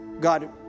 God